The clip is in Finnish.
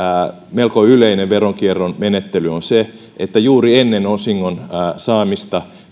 melko yleinen veronkierron menettely on se että juuri ennen osingon saamista